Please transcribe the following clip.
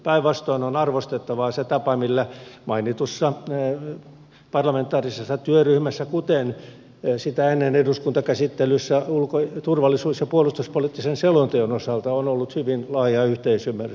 päinvastoin on arvostettava se tapa millä mainitussa parlamentaarisessa työryhmässä kuten sitä ennen eduskuntakäsittelyssä ulko turvallisuus ja puolustuspoliittisen selonteon osalta on ollut hyvin laaja yhteisymmärrys